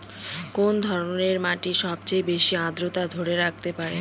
কোন ধরনের মাটি সবচেয়ে বেশি আর্দ্রতা ধরে রাখতে পারে?